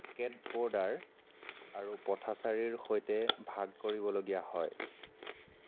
skateboarder আৰু পথাচাৰীৰ সৈতে ভাগ কৰিবলগীয়া হয়